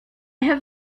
have